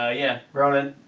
ah yeah, broden.